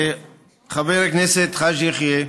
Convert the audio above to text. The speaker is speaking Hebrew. חבר הכנסת חאג' יחיא,